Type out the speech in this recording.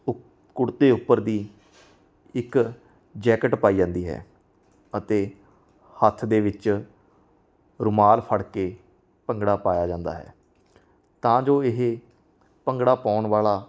ਉਪ ਕੁੜਤੇ ਉੱਪਰ ਦੀ ਇੱਕ ਜੈਕਟ ਪਾਈ ਜਾਂਦੀ ਹੈ ਅਤੇ ਹੱਥ ਦੇ ਵਿੱਚ ਰੁਮਾਲ ਫੜ ਕੇ ਭੰਗੜਾ ਪਾਇਆ ਜਾਂਦਾ ਹੈ ਤਾਂ ਜੋ ਇਹ ਭੰਗੜਾ ਪਾਉਣ ਵਾਲਾ